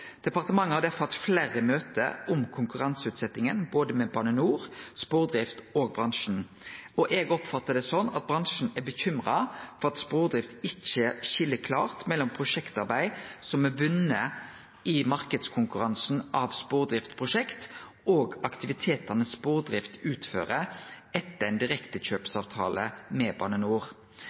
Departementet har derfor hatt fleire møte om konkurranseutsetjinga med både Bane NOR, Spordrift og bransjen. Eg oppfattar det slik at bransjen er bekymra for at Spordrift ikkje skil klart mellom prosjektarbeid som er bunde i marknadskonkurransen av Spordrift Prosjekt og aktivitetane Spordrift utfører etter ein direktekjøpsavtale med